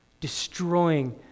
destroying